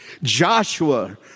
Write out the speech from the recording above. Joshua